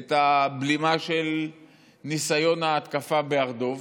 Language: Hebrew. את הבלימה של ניסיון ההתקפה בהר דב